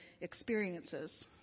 experiences